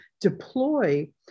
deploy